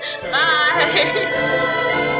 Bye